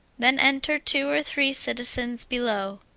then enters two or three citizens below.